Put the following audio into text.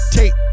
take